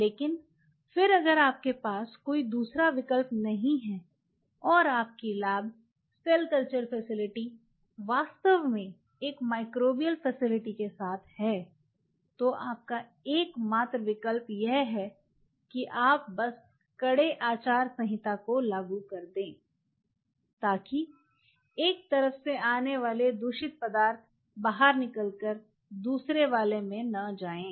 लेकिन फिर अगर आपके पास कोई दूसरा विकल्प नहीं है और आपकी लैब सेल कल्चर फैसिलिटी वास्तव में एक माइक्रोबियल फैसिलिटी के साथ है तो आपका एकमात्र विकल्प यह है कि आप बस कड़े आचार संहिता को लागू करें ताकि एक तरफ से आने वाले दूषित पदार्थ बाहर निकल कर दूसरे वाले में न जाएँ